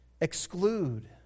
exclude